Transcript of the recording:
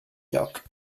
lloc